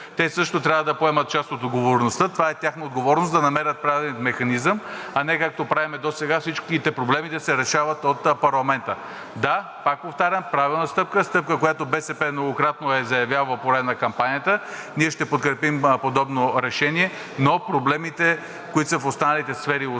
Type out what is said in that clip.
Те също трябва да поемат част от отговорността. Това е тяхна отговорност – да намерят правилен механизъм, а не както правим досега, всичките проблеми да се решават от парламента. Да, пак повтарям, правилна стъпка – стъпка, която БСП многократно е заявявала по време на кампанията. Ние ще подкрепим подобно решение, но проблемите, които са в останалите сфери, остават